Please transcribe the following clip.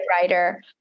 writer